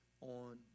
on